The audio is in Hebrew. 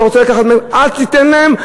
ואתה רוצה לקחת מהם אל תיתן להם,